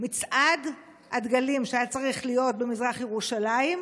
מצעד הדגלים שהיה צריך להיות במזרח ירושלים,